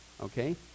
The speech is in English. Okay